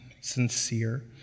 sincere